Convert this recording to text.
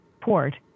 Port